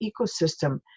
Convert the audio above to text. ecosystem